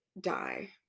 die